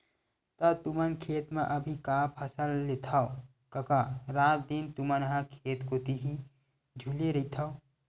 त तुमन खेत म अभी का का फसल लेथव कका रात दिन तुमन ह खेत कोती ही झुले रहिथव?